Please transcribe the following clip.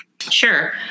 Sure